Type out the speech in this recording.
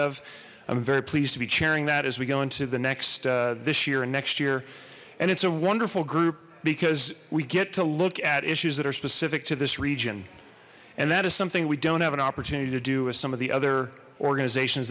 of i'm very pleased to be chairing that as we go into the next this year and next year and it's a wonderful group because we get to look at issues that are specific to this region and that is something we don't have an opportunity to do with some of the other organizations